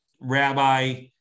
rabbi